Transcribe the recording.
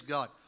God